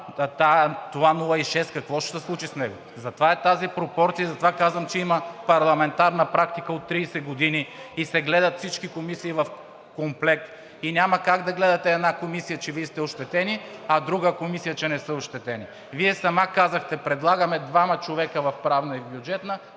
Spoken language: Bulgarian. това 0,6 какво ще се случи? Затова е тази пропорция и затова казвам, че има парламентарна практика от 30 години и се гледат всички комисии в комплект. И няма как да гледате една комисия, че Вие сте ощетени, а друга комисия, че не са ощетени. Вие сама казахте: предлагаме двама човека в Правната и Бюджетната